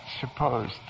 supposed